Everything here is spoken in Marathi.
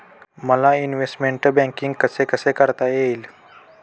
मला इन्वेस्टमेंट बैंकिंग कसे कसे करता येईल?